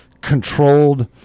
controlled